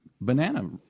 banana